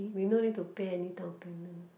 we no need to pay any downpayment